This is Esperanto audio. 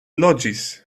loĝis